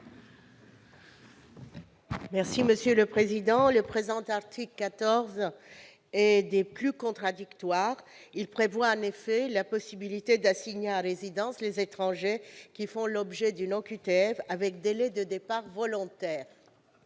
la ministre, mes chers collègues, l'article 14 est des plus contradictoires. Il prévoit en effet la possibilité d'assigner à résidence les étrangers qui font l'objet d'une OQTF avec délai de départ volontaire.